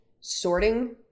sorting